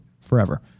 forever